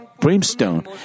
brimstone